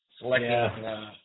selecting